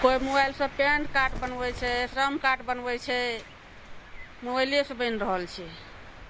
कोइ मोबाइल सऽ PAN card बनबै छै ए श्रम कार्ड बनबै छै मोबाइले सऽ बइन रहल छै